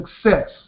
Success